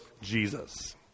Jesus